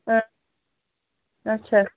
اَچھا